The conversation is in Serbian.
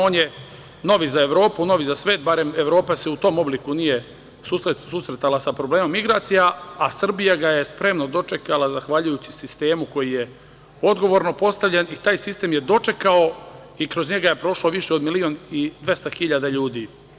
On je novi za Evropu, novi za svet, barem Evropa se u tom obliku nije susretala sa problemom migracija, a Srbija ga je spremno dočekala zahvaljujući sistemu koji je odgovorno postavljen i taj sistem je dočekao i kroz njega je prošlo više od milion i 200 hiljada ljudi.